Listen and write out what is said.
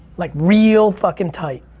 like real fucking tight.